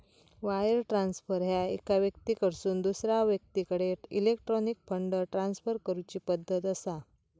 wire transfer ह्या एका व्यक्तीकडसून दुसरा व्यक्तीकडे इलेक्ट्रॉनिक फंड ट्रान्सफर करूची पद्धत असा